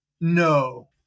No